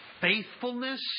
faithfulness